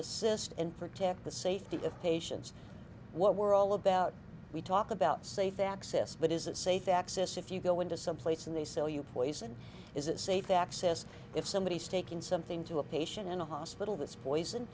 assist and protect the safety of patients what we're all about we talk about safe that exists but is it safe access if you go into some place and they sell you poison is it safe access if somebody staking something to a patient in a hospital this poison